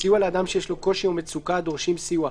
סיוע לאדם שיש לו קושי או מצוקה הדורשים סיוע,